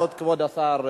כבוד השר,